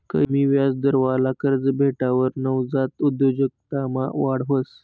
कमी याजदरवाला कर्ज भेटावर नवजात उद्योजकतामा वाढ व्हस